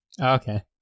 Okay